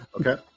Okay